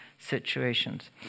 Situations